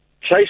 Chase